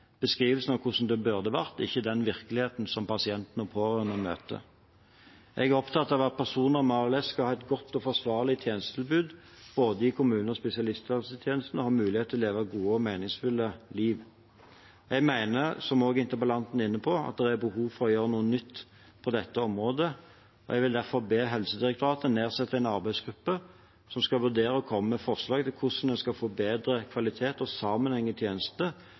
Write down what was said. beskrivelsen av hvordan det burde vært, ikke er den virkeligheten som pasienten og de pårørende møter. Jeg er opptatt av at personer med ALS skal ha et godt og forsvarlig tjenestetilbud, både i kommunen og i spesialisthelsetjenesten, og ha mulighet til å leve et meningsfylt og godt liv. Jeg mener, som også interpellanten er inne på, at det er behov for å gjøre noe nytt på dette området. Jeg vil derfor be Helsedirektoratet nedsette en arbeidsgruppe som skal vurdere og komme med forslag til hvordan man kan få bedre kvalitet og sammenheng i